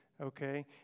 okay